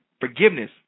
forgiveness